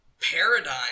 paradigm